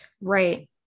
Right